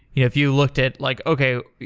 if you looked at, like okay.